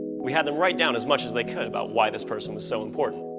we had them write down as much as they could about why this person was so important.